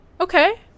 Okay